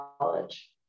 college